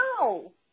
No